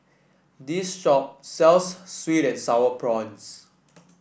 this shop sells sweet and sour prawns